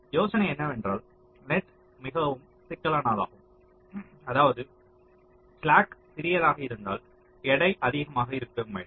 யோசனை என்னவென்றால் நெட் மிகவும் சிக்கலானதாகும் அதாவது ஸ்லாக் சிறியதாக இருந்தால் எடை அதிகமாக இருக்க வேண்டும்